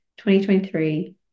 2023